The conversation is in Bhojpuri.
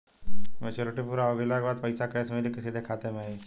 मेचूरिटि पूरा हो गइला के बाद पईसा कैश मिली की सीधे खाता में आई?